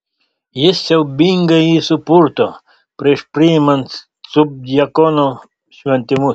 jis siaubingai jį supurto prieš priimant subdiakono šventimus